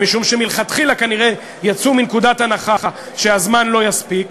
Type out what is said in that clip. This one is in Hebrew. משום שמלכתחילה כנראה יצאו מנקודת הנחה שהזמן לא יספיק.